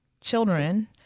children